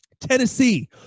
Tennessee